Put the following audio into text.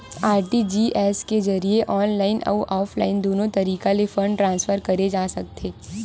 RTGS के जरिए online अउ ऑफलाइन दुनो तरीका ले फंड ट्रांसफर करे जा सकथे